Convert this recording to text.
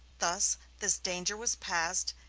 thus this danger was passed,